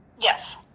Yes